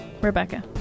Rebecca